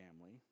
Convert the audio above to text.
family